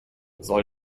soll